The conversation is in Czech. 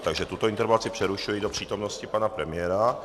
Takže tuto interpelaci přerušuji do přítomnosti pana premiéra.